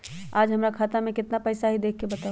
आज हमरा खाता में केतना पैसा हई देख के बताउ?